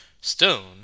Stone